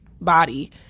body